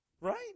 Right